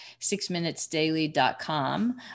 sixminutesdaily.com